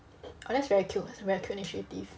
orh that's very cute that's a very cute initiative